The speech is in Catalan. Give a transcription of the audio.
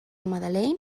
madeleine